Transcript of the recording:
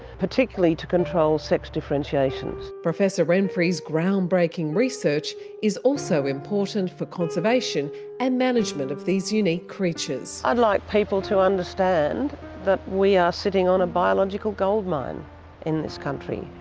particularly to control sex differentiations. professor renfree's ground-breaking research is also important for conservation and management of these unique creatures. i'd like people to understand that we are sitting on a biological goldmine in this country.